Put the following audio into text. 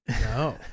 No